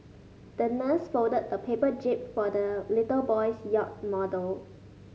the nurse folded a paper jib for the little boy's yacht model